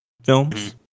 Films